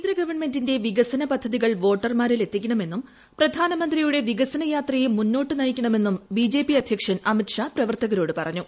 കേന്ദ്രഗവൺമെന്റിന്റെ വികസന പദ്ധതികൾ വോട്ടർമാരിലെ ത്തിക്കണമെന്നും പ്രധാനമന്ത്രിയുടെ വികസന യാത്രയെ മുന്നോട്ട് നയിക്കണമെന്നും ബിജെപി അധ്യക്ഷൻ അമിത് ഷാ പ്രവർത്തക രോട് പറഞ്ഞു